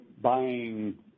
buying